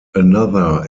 another